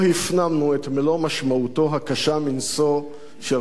את מלוא משמעותו הקשה מנשוא של רצח רבין.